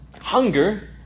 Hunger